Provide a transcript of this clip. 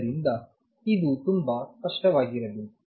ಆದ್ದರಿಂದ ಇದು ತುಂಬಾ ಸ್ಪಷ್ಟವಾಗಿರಬೇಕು